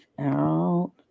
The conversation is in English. out